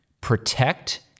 protect